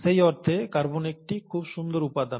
সেই অর্থে কার্বন একটি খুব সুন্দর উপাদান